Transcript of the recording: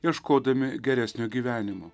ieškodami geresnio gyvenimo